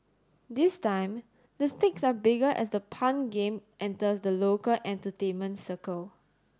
this time the stakes are bigger as the pun game enters the local entertainment circle